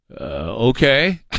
Okay